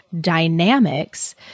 dynamics